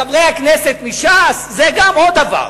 לחברי הכנסת מש"ס, זה גם עוד דבר,